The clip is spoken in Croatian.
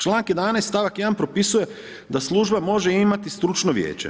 Članak 11. stavak 1. propisuje da služba može imati stručno vijeće.